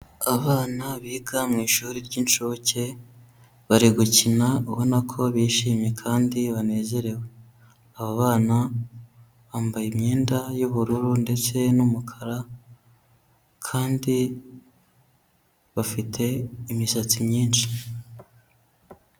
Abana biga mu ishuri ry'inshuke, bari gukina ubona ko bishimye kandi banezerewe. Aba bana bambaye imyenda y'ubururu ndetse n'umukara kandi bafite imisatsi myinshi.